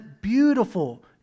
beautiful